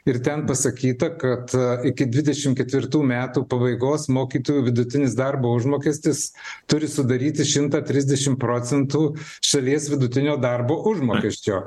ir ten pasakyta kad iki dvidešimt ketvirtų metų pabaigos mokytojų vidutinis darbo užmokestis turi sudaryti šimtą trisdešimt procentų šalies vidutinio darbo užmokesčio